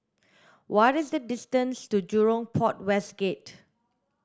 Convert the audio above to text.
what is the distance to Jurong Port West Gate